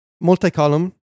multi-column